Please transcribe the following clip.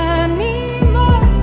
anymore